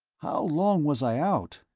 how long was i out?